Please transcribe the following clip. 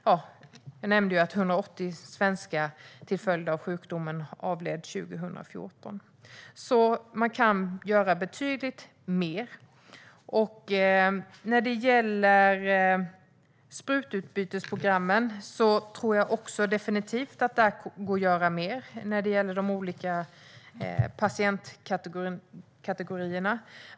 180 svenskar avled till följd av sjukdomen 2014. Man kan göra betydligt mer. I sprututbytesprogrammen tror jag definitivt att det går att göra mer när det gäller de olika patientkategorierna.